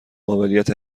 قابلیت